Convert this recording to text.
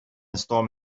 storm